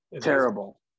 Terrible